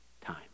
time